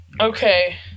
Okay